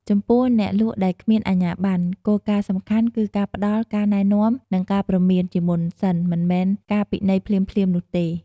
ចំពោះ អ្នកលក់ដែលគ្មានអាជ្ញាប័ណ្ណ គោលការណ៍សំខាន់គឺការផ្តល់ ការណែនាំ និងការព្រមាន ជាមុនសិន មិនមែនការពិន័យភ្លាមៗនោះទេ។